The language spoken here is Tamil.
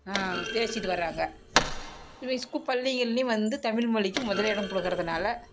பேசிகிட்டு வராங்க இதுவே ஸ்கூப் பள்ளிகள்லேயும் வந்து தமிழ் மொழிக்கி முதலிடம் கொடுக்கறதுனால